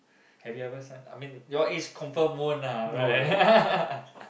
have you ever sign I mean your age confirm won't ah right